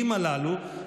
איזו הכשרה יש להן?